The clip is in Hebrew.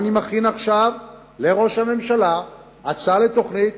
אני מכין עכשיו לראש הממשלה הצעה לתוכנית